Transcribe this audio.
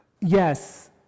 yes